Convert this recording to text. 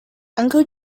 uncle